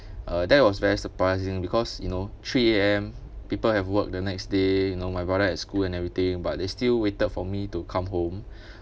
uh that was very surprising because you know three A_M people have work the next day you know my brother at school and everything but they still waited for me to come home